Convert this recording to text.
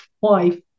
wife